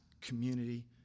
community